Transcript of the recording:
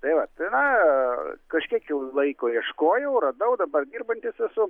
tai vat yra kažkiek jau laiko ieškojau radau dabar dirbantis esu